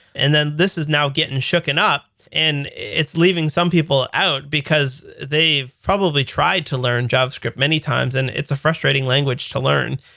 and then this is now getting shaken up and it's leaving some people out, because they've probably tried to learn javascript many times and it's a frustrating language to learn.